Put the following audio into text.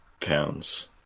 pounds